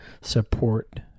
support